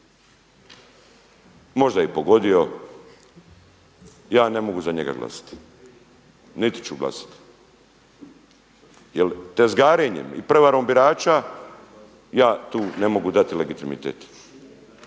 možda je i pogodio, ja ne mogu za njega glasati niti ću glasati. Jer tezgarenjem i prevarom birača ja tu ne mogu dati legitimitet.